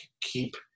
keep